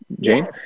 jane